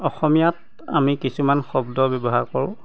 অসমীয়াত আমি কিছুমান শব্দ ব্যৱহাৰ কৰোঁ